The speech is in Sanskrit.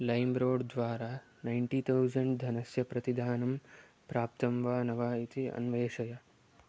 लैं रोड् द्वारा नैन्टी थौसण्ड् धनस्य प्रतिधानं प्राप्तं वा न वा इति अन्वेषय